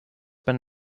been